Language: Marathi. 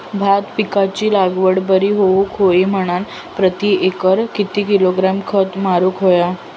भात पिकाची लागवड बरी होऊक होई म्हणान प्रति एकर किती किलोग्रॅम खत मारुक होया?